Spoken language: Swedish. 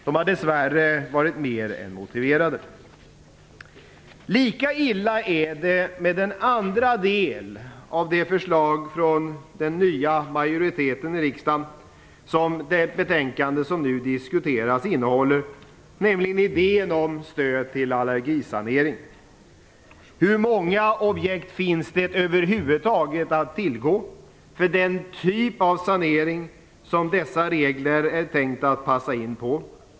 De har dess värre varit mer än motiverade. Lika illa är det med den andra delen av det förslag från den nya majoriteten i riksdagen som det betänkande som nu diskuteras innehåller, nämligen idén om stöd till allergisanering. Hur många objekt finns det över huvud taget att tillgå för den typ av sanering som dessa regler är tänkt att passa in på?